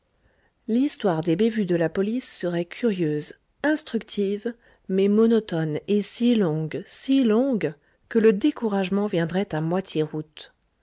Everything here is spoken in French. l'histoire des bévues de la police serait curieuse instructive mais monotone et si longue si longue que le découragement viendrait à moitié route